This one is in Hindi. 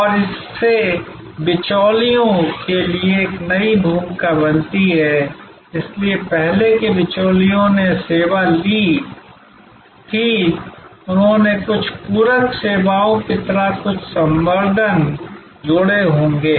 और इससे बिचौलियों के लिए यह नई भूमिका बनती है इसलिए पहले के बिचौलियों ने सेवा ली थी उन्होंने कुछ पूरक सेवाओं की तरह कुछ संवर्द्धन जोड़े होंगे